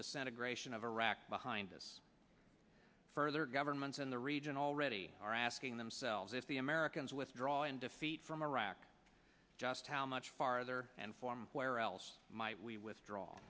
of gratian of iraq behind us further governments in the region already are asking themselves if the americans withdraw in defeat from iraq just how much farther and form where else might we withdraw